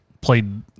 played